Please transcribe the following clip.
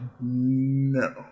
no